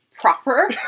proper